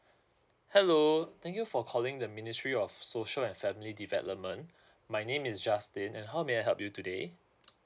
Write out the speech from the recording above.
hello thank you for calling the ministry of social and family development my name is justin and how may I help you today